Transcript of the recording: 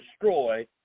destroy